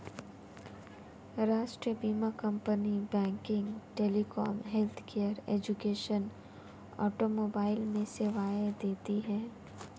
राष्ट्रीय बीमा company banking, telecom, healthcare, education, automobile में सेवाएं देती है